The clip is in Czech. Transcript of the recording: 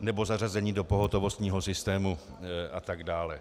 nebo zařazení do pohotovostního systému a tak dále.